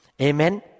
Amen